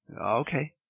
Okay